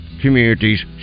communities